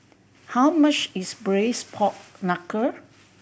how much is Braised Pork Knuckle